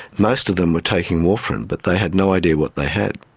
most of them were taking warfarin but they had no idea what they had.